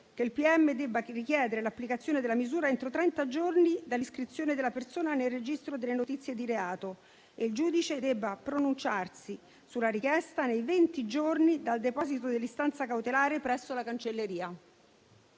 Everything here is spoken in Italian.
che il pm debba richiedere l'applicazione della misura entro trenta giorni dall'iscrizione della persona nel registro delle notizie di reato e che il giudice debba pronunciarsi sulla richiesta nei venti giorni dal deposito dell'istanza cautelare presso la cancelleria.